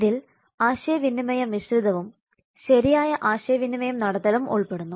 ഇതിൽ ആശയവിനിമയ മിശ്രിതവും ശരിയായ ആശയ വിനിമയം നടത്തലും ഉൾപ്പെടുന്നു